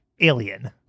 alien